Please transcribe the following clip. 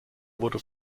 wurde